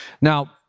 Now